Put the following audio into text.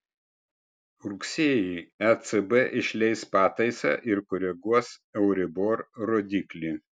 rugsėjį ecb išleis pataisą ir koreguos euribor rodiklį